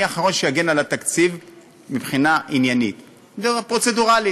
אני האחרון שאגן על התקציב מבחינה עניינית ופרוצדורלית.